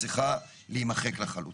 צריכה להימחק לחלוטין.